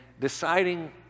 deciding